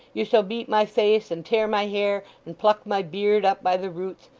you shall beat my face, and tear my hair, and pluck my beard up by the roots,